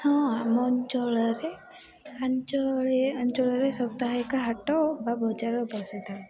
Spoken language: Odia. ହଁ ଆମ ଅଞ୍ଚଳରେ ଅଞ୍ଚଳରେ ସାପ୍ତାହିକ ହାଟ ବା ବଜାର ବସିଥାଏ